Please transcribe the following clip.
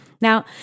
Now